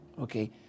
Okay